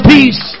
Peace